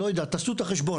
לא יודע, תעשו את החשבון.